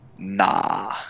nah